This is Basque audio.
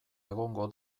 egongo